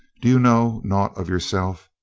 do you know naught of yourself?